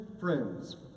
friends